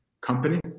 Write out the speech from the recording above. company